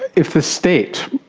if the state,